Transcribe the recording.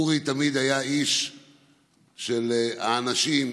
אורי תמיד היה איש של האנשים,